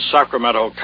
Sacramento